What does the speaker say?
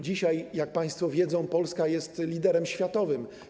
Dzisiaj, jak państwo wiedzą, Polska jest liderem światowym.